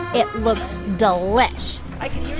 it looks delish i can